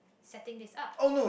setting this up